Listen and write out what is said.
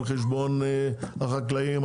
על חשבון החקלאים,